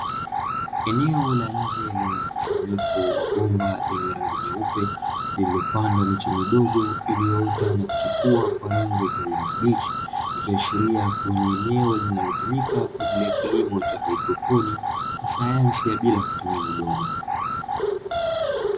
Eneo la nje lenye mkusanyiko wa bomba lenye rangi nyeupe lililopandwa miche midogo iliyoota na kuchipua kwa rangi ya kijani kibichi, ikiashiria kuwa ni eneo linalotumika kwa ajili ya kilimo cha haidroponi wa sayansi ya bila kutumia udongo.